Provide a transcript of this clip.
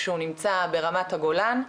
כשהוא נמצא ברמת הגולן,